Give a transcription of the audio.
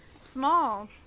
small